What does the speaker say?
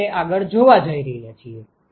આપણે તે આગળ જોવા જઈ રહ્યા છીએ